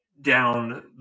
down